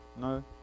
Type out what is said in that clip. No